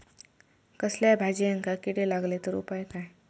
कसल्याय भाजायेंका किडे लागले तर उपाय काय?